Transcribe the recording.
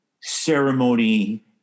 ceremony